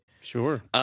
Sure